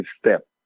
step